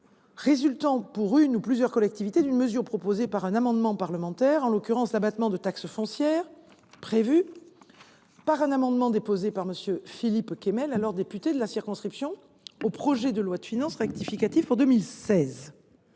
résultant pour une ou plusieurs collectivités d’une mesure proposée par un amendement parlementaire, en l’occurrence l’abattement de taxe foncière prévu par un amendement déposé par M. Philippe Kemel, alors député de la circonscription, au projet de loi de finances rectificative pour 2016.